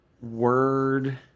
word